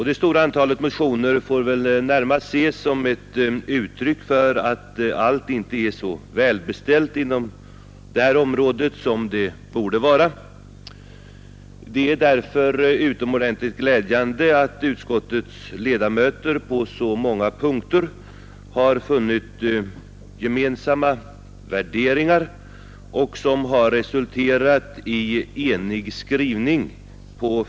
Det stora antalet motioner får väl närmast ses som ett uttryck för att allt inte är så välbeställt inom detta område som det borde vara. Det är därför utomordentligt glädjande att utskottets ledamöter på så många punkter har funnit gemensamma värderingar som har resulterat i en enig skrivning.